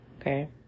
Okay